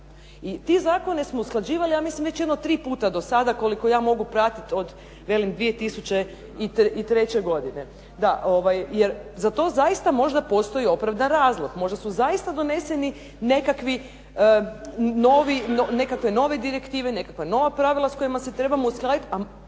te zakone smo usklađivali ja mislim već jedno tri puta do sada koliko ja mogu pratiti od velim 2003. godine, jer za to zaista možda postoji opravdan razlog. Možda su zaista doneseni nekakvi novi, nekakve nove direktive, nekakva nova pravila s kojima se trebamo uskladiti,